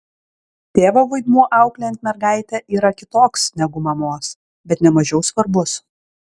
tėvo vaidmuo auklėjant mergaitę yra kitoks negu mamos bet ne mažiau svarbus